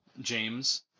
James